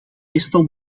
meestal